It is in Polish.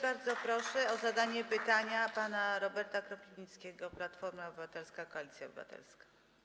Bardzo proszę o zadanie pytania pana posła Roberta Kropiwnickiego, Platforma Obywatelska - Koalicja Obywatelska.